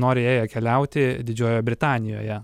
norėję keliauti didžiojoje britanijoje